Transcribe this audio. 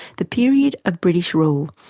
the period of british rule.